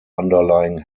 underlying